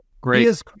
great